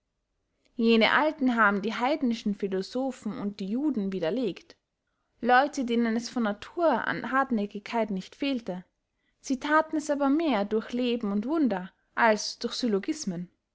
jene alten haben die heidnischen philosophen und die juden widerlegt leute denen es von natur an hartnäckigkeit nicht fehlte sie thaten es aber mehr durch leben und wunder als durch syllogismen